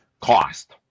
cost